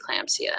preeclampsia